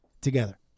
together